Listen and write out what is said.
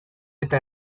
eta